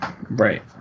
Right